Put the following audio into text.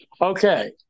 Okay